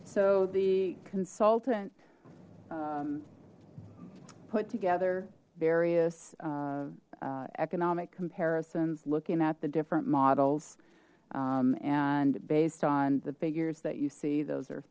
so the consultant put together various economic comparisons looking at the different models and based on the figures that you see those are